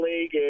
league